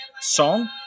song